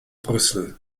brüssel